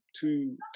two